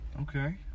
Okay